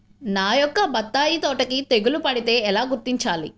నా యొక్క బత్తాయి తోటకి తెగులు పడితే ఎలా గుర్తించాలి?